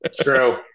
true